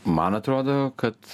man atrodo kad